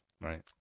Right